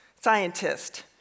scientist